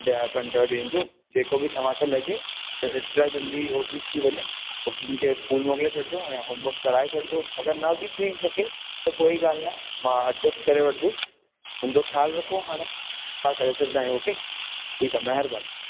ॾह पंद्रहं ॾींहनि जो जेको बि तव्हांखे लॻे त जेतिरा जल्दी हो ठीक थी वञे पो हुन खे स्कूल मोकिले छॾिजो ऐं होमवर्क कराए छॾिजो अगरि न बि थी सघे त कोई ॻाल्हि न मां एडजस्ट करे वठंदुसि हुन जो ख़्यालु रखो हाणे छा करे सघिदायूं ओके ठीकु आहे महिरबानी